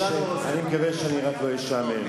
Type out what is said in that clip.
אני מקווה שאני לא אשעמם.